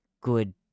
good